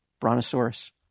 brontosaurus